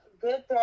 good